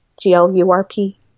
G-L-U-R-P